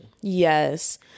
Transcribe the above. yes